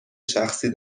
شخصی